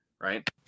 right